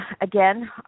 again